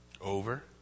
Over